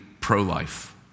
pro-life